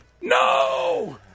No